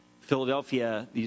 Philadelphia